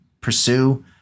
pursue